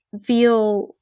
feel